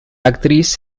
actriz